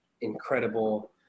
incredible